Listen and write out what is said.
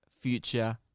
future